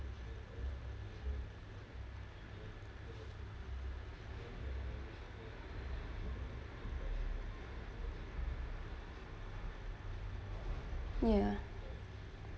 ya